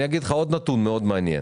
אני אתן עוד נתון מאוד מעניין.